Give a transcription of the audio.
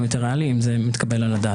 זה נראה לנו יותר ריאלי, אם זה מתקבל על הדעת.